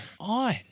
on